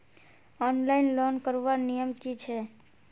Online loan करवार नियम की छे?